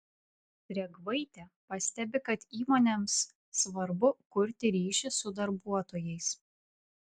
drėgvaitė pastebi kad įmonėms svarbu kurti ryšį su darbuotojais